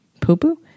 poo-poo